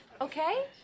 Okay